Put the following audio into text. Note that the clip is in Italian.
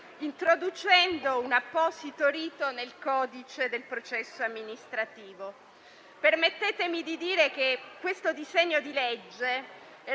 introducendo un apposito rito nel codice del processo amministrativo. Permettetemi di dire che questo disegno di legge